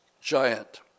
giant